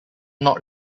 not